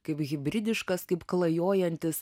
kaip hibridiškas kaip klajojantis